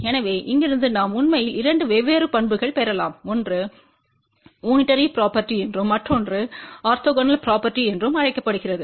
எனவே இங்கிருந்து நாம் உண்மையில் இரண்டு வெவ்வேறு பண்புகள் பெறலாம ஒன்று யூனிடேரி ப்ரொபேர்ட்டி என்றும் மற்றொன்று ஆர்த்தோகனல் ப்ரொபேர்ட்டி என்றும் அழைக்கப்படுகிறது